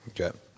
Okay